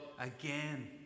again